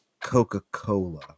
Coca-Cola